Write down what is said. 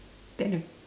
ten o~